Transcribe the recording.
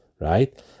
Right